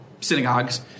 synagogues